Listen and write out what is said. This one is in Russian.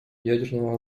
ядерного